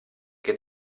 che